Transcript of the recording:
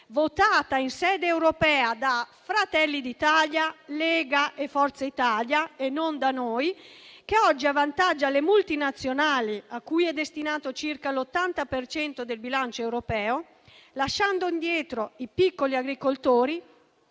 votata in sede europea da Fratelli d'Italia, Lega e Forza Italia e non da noi. Tale PAC oggi avvantaggia le multinazionali, cui è destinato circa l'80 per cento del bilancio europeo, lasciando indietro i piccoli agricoltori.